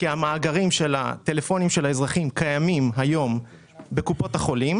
כי המאגרים של הטלפונים של האזרחים קיימים היום בקופות החולים